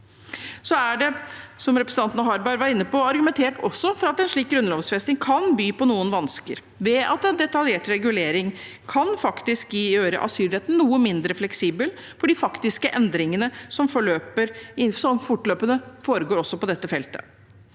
Så er det, som representanten Harberg var inne på, også argumentert for at en slik grunnlovfesting kan by på noen vansker, ved at en detaljert regulering faktisk kan gjøre asylretten noe mindre fleksibel for de faktiske endringene som fortløpende foregår også på dette feltet.